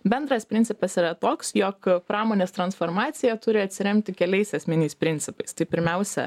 bendras principas yra toks jog pramonės transformacija turi atsiremti keliais esminiais principais tai pirmiausia